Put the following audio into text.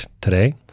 today